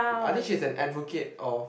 I think she's an advocate of